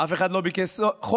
אף אחד לא ביקש חוק